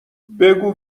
بگو